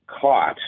caught